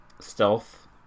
stealth